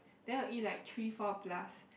then will eat like three four plus